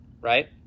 right